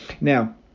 Now